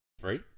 Three